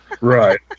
Right